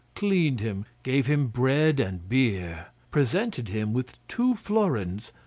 cleaned him, gave him bread and beer, presented him with two florins,